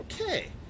okay